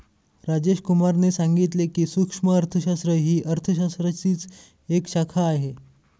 राजेश कुमार ने सांगितले की, सूक्ष्म अर्थशास्त्र ही अर्थशास्त्राचीच एक शाखा आहे